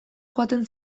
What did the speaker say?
joaten